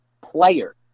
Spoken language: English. player